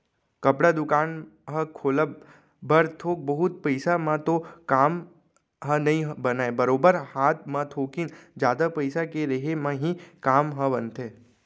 कपड़ा दुकान ह खोलब बर थोक बहुत पइसा म तो काम ह नइ बनय बरोबर हात म थोकिन जादा पइसा के रेहे म ही काम ह बनथे